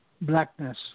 blackness